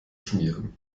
schmieren